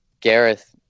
Gareth